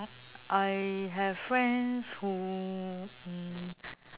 I have friends who mm